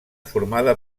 formada